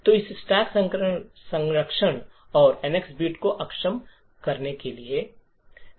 तो इस स्टैक संरक्षण और एनएक्स बिट को अक्षम करने के लिए